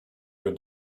your